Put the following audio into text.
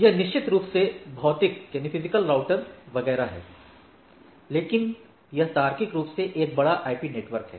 यह निश्चित रूप से है भौतिक फिजिकल राउटर वगैरह हैं लेकिन यह तार्किक रूप से एक बड़ा आईपी नेटवर्क है